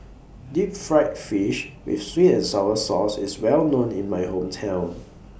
Deep Fried Fish with Sweet and Sour Sauce IS Well known in My Hometown